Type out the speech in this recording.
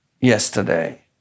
yesterday